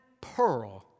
pearl